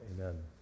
amen